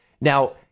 Now